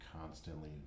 constantly